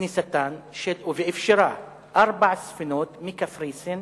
ואני תוהה, אדוני ראש הממשלה,